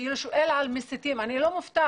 כאילו שואל על מסיתים אני לא מופתעת.